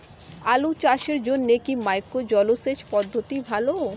আলু চাষের জন্য কি মাইক্রো জলসেচ পদ্ধতি ভালো?